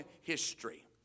history